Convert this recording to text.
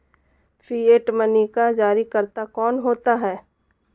Fiat money का जारीकर्ता कौन होता है?